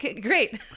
Great